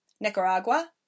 Nicaragua